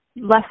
less